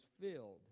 filled